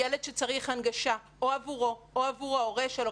ילד שצריך הנגשה או עבורו או עבור ההורה שלו,